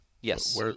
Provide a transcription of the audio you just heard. Yes